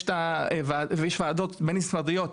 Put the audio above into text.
יש וועדות בין משרדיות,